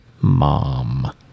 Mom